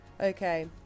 okay